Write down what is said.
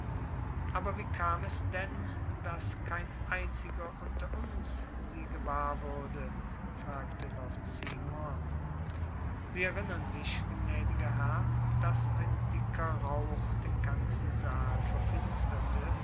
aber wie kam es denn daß kein einziger unter uns sie gewahr wurde fragte lord seymour sie erinnern sich gnädiger herr daß ein dicker rauch den ganzen saal verfinsterte